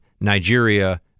Nigeria